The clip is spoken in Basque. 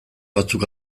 batzuk